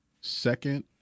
second